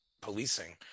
policing